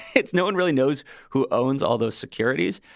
it's no one really knows who owns all those securities.